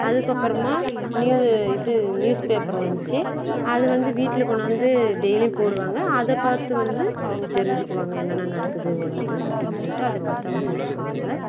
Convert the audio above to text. அதுக்கப்புறமா நியூவு இது news paper வந்துச்சி அது வந்து வீட்டில் கொண்டாந்து டெய்லி போடுவாங்க அதை பார்த்து வந்து அவங்க தெரிஞ்சுக்குவாங்க என்னென்ன நடக்குது உலகத்துல அப்படின்னு சொல்லிட்டு அது பார்த்து அவங்க தெரிஞ்சுக்குவாங்க